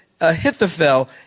Ahithophel